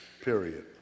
period